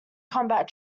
combat